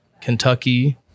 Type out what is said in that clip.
Kentucky